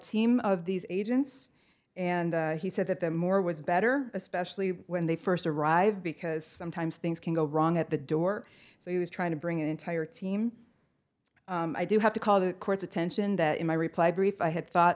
team of these agents and he said that that more was better especially when they first arrive because sometimes things can go wrong at the door so he was trying to bring an entire team i do have to call the court's attention that in my reply brief i had thought